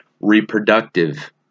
reproductive